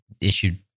issued